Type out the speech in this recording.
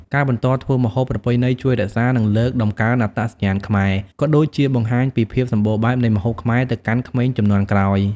ការបន្តធ្វើម្ហូបប្រពៃណីជួយរក្សា និងលើកតម្កើងអត្តសញ្ញាណខ្មែរ ក៏ដូចជាបង្ហាញពីភាពសម្បូរបែបនៃម្ហូបខ្មែរទៅកាន់ក្មេងជំនាន់ក្រោយ។